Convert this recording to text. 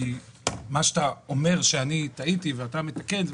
כי מה שאתה אומר שאני טעיתי ואתה מתקן את זה,